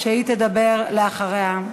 והיא תדבר אחריה.